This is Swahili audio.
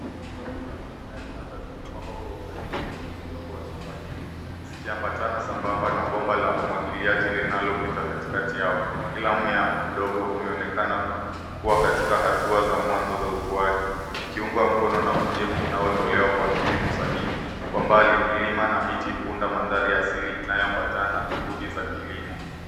Safu za mimea changa zimepangwa kwa usahihi kwenye udongo wa shamba hili, zikiambatana sambamba na bomba la umwagiliaji linalopita katikati yao. Kila mmea mdogo, umeonekana kuwa katika hatua za mwanzo za ukuaji, ukiungwa mkono na unyevu unaotolewa kwa kipimo sahihi. Kwa mbali, milima na miti uunda mandhari ya asili inayoambatana na juhudi za kilimo.